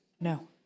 No